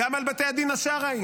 גם על בתי הדין השרעיים,